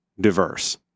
diverse